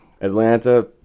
Atlanta